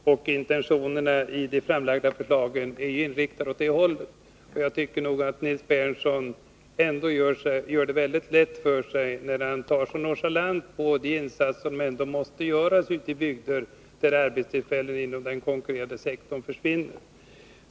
Fru talman! Anförandet skall bli mycket kort. Först och främst vill jag ännu en gång slå fast att det är mycket viktigt för regeringen att ha beredskap för en hög sysselsättning, och intentionerna i de framlagda förslagen går också i denna riktning. Jag tycker nog att Nils Berndtson ändå gör det mycket lätt för sig när han tar så nonchalant på de insatser som ändå måste göras ute i de bygder där arbetstillfällen inom den konkurrerande sektorn försvinner.